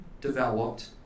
developed